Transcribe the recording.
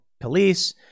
police